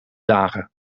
dagen